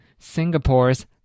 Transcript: Singapore's